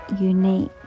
unique